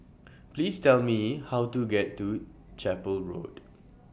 Please Tell Me How to get to Chapel Road